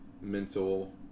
mental